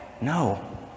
No